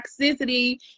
toxicity